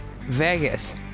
Vegas